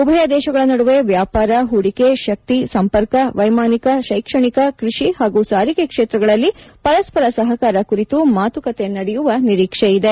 ಉಭಯ ದೇಶಗಳ ನದುವೆ ವ್ಯಾಪಾರ ಹೂದಿಕೆ ಶಕ್ತಿ ಸಂಪರ್ಕ ವೈಮಾನಿಕ ಶೈಕ್ಷಣಿಕ ಕೃಷಿ ಹಾಗೂ ಸಾರಿಗೆ ಕ್ಷೇತ್ರಗಳಲ್ಲಿ ಪರಸ್ಪರ ಸಹಕಾರ ಕುರಿತು ಮಾತುಕತೆ ನಡೆಯುವ ನಿರೀಕ್ಷೆ ಇದೆ